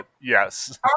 yes